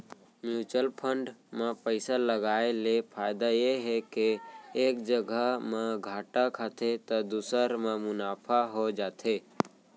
mutual fund म पइसा लगाय ले फायदा ये हे के एक जघा म घाटा खाथे त दूसर म मुनाफा हो जाथे